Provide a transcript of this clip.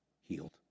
healed